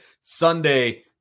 Sunday